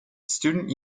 student